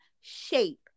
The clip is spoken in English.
shape